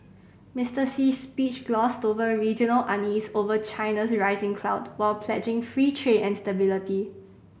Mister Xi's speech glossed over regional unease over China's rising clout while pledging free trade and stability